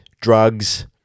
drugs